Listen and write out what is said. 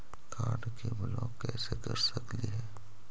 Card के block कैसे कर सकली हे?